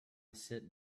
sit